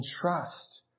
trust